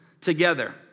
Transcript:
together